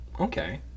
Okay